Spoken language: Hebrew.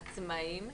עצמאיים.